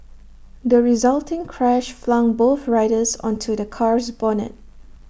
the resulting crash flung both riders onto the car's bonnet